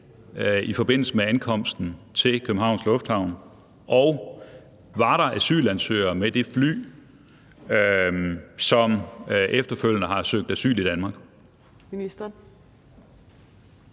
i forbindelse med ankomsten til Københavns Lufthavn? Og var der asylansøgere med det fly, som efterfølgende har søgt asyl i Danmark? Kl.